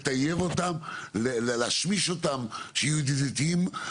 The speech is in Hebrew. לטייב אותם ולהשמיש אותם כך שהם יהיו ידידותיים.